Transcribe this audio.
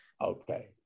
Okay